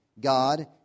God